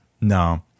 no